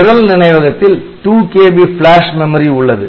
நிரல்நினைவகத்தில் 2 KB flash memory உள்ளது